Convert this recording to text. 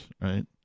right